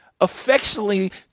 affectionately